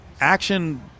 action